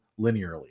linearly